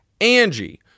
Angie